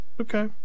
Okay